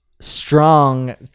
strong